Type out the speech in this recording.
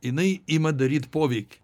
jinai ima daryt poveikį